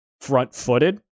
front-footed